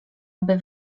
aby